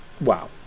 wow